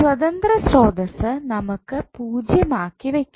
സ്വതന്ത്ര സ്രോതസ്സ് നമുക്ക് 0 ആക്കി വെക്കണം